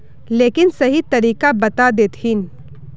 लेकिन सही तरीका बता देतहिन?